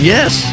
Yes